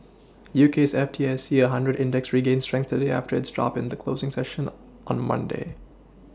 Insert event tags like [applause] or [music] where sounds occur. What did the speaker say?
[noise] UK's F T S E a hundred index regained strength today after its drop in the closing session on Monday